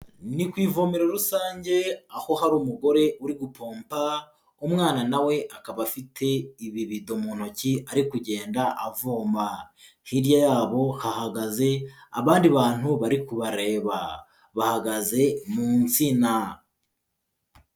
Ni ku ivomero rusange aho hari umugore uri gupompa umwana nawe akaba afite ibibido mu ntoki ari kugenda avoma, hirya yabo hahagaze abandi bantu bari kubareba, bahagaze mu nsina.